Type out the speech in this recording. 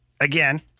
again